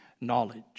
knowledge